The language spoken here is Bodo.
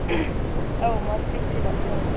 औ मार्च फिफ्टिनाव ओं